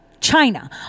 China